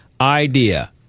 idea